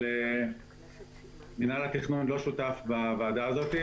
אבל מנהל התכנון לא שותף בוועדה הזאת,